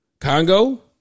Congo